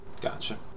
Gotcha